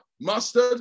mustard